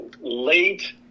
late